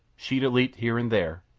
sheeta leaped here and there,